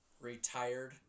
retired